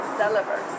deliver